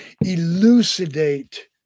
elucidate